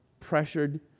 pressured